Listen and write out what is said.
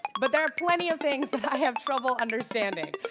but there are plenty of things i have trouble understanding.